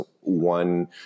one